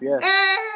yes